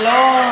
זה לא,